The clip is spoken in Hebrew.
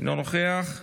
אינו נוכח,